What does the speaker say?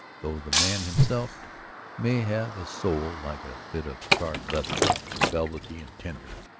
though the man himself may have a soul like a bit of charred leather velvety and tender,